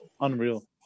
Unreal